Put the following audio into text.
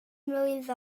mlwydd